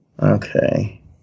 Okay